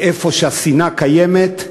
ובמקום שהשנאה קיימת,